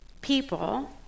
people